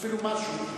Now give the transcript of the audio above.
אפילו משהו.